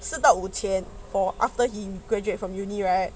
四到五千 for after in graduate from university right